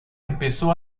empezó